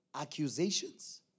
accusations